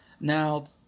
now